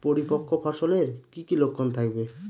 পরিপক্ক ফসলের কি কি লক্ষণ থাকবে?